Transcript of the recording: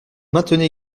maintenez